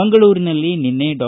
ಮಂಗಳೂರಿನಲ್ಲಿ ನಿನ್ನೆ ಡಾ